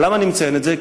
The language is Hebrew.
אבל למה אני מציין את זה?